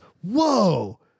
Whoa